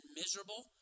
miserable